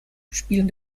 spielen